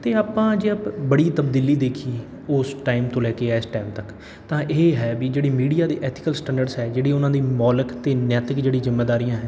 ਅਤੇ ਆਪਾਂ ਜੇ ਅਪ ਬੜੀ ਤਬਦੀਲੀ ਦੇਖੀਏ ਉਸ ਟਾਈਮ ਤੋਂ ਲੈ ਕੇ ਇਸ ਟੈਮ ਤੱਕ ਤਾਂ ਇਹ ਹੈ ਵੀ ਜਿਹੜੀ ਮੀਡੀਆ ਦੀ ਐਥੀਕਲ ਸਟੈਂਡਰਡਸ ਹੈ ਜਿਹੜੀ ਉਹਨਾਂ ਦੀ ਮੌਲਕ ਅਤੇ ਨੈਤਿਕ ਜਿਹੜੀ ਜ਼ਿੰਮੇਦਾਰੀਆਂ ਹੈ